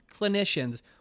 clinicians